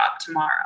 tomorrow